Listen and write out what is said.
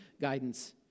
guidance